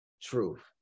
truth